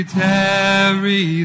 tarry